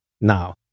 Now